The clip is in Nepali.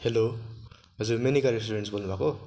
हेलो हजुर मेनिका रेस्टुरेन्ट्स बोल्नुभएको